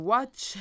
Watch